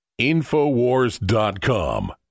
Infowars.com